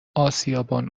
اسیابان